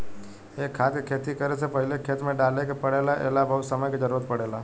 ए खाद के खेती करे से पहिले खेत में डाले के पड़ेला ए ला बहुत समय के जरूरत पड़ेला